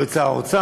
לא את שר האוצר,